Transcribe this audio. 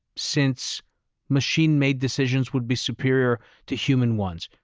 since machine-made decisions would be superior to human ones,